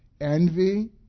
envy